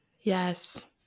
Yes